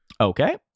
Okay